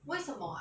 为什么:we shen me ah